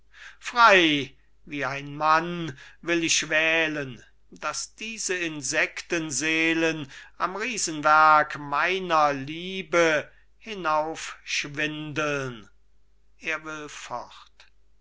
vorurtheils frei wie ein mann will ich wählen daß diese insektenseelen am riesenwerk meiner liebe hinaufschwindeln